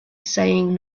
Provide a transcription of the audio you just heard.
saying